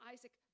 Isaac